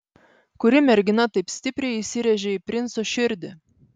kuri mergina taip stipriai įsirėžė į princo širdį